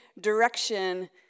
direction